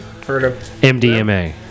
MDMA